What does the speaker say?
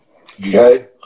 okay